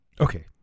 Okay